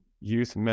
youth